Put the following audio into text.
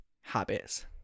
habits